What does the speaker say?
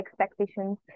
expectations